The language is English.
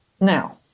Now